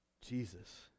Jesus